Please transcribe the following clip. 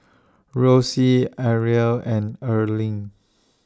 Rosie Arielle and Erling